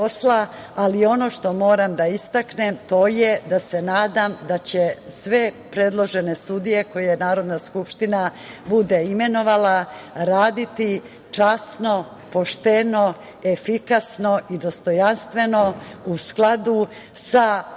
ali ono što moram da istaknem, to je da se nadam da će sve predložene sudije koje Narodna skupština bude imenovala raditi časno, pošteno, efikasno i dostojanstveno, u skladu sa zakonom